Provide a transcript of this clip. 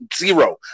Zero